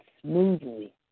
smoothly